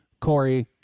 Corey